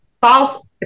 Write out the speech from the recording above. False